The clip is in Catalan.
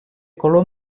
color